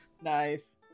Nice